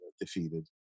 defeated